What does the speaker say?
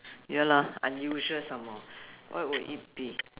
you know unusual some more what would it be